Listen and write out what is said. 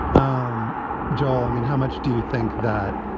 um joel, i mean, how much do you think that,